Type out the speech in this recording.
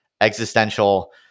existential